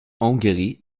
hongrie